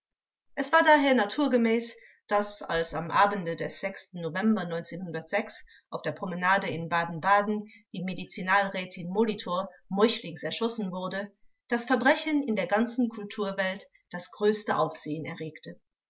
es war daher naturgemäß daß als am abende des november auf der promenade in baden-baden die medizinalrätin molitor meuchlings erschossen wurde das verbrechen in der ganzen kulturwelt das größte aufsehen erregte